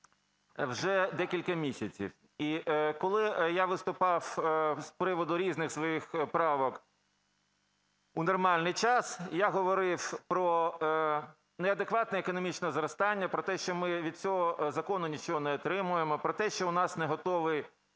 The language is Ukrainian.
вже декілька місяців, і коли я виступав з приводу різних своїх правок у нормальний час, я говорив про неадекватне економічне зростання, про те, що ми від цього закону нічого не отримаємо, про те, що у нас не готовий